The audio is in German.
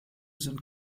sind